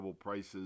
prices